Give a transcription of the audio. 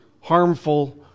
harmful